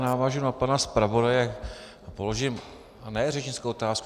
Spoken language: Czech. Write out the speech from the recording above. Navážu na pana zpravodaje a položím ne řečnickou otázku.